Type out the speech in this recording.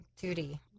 duty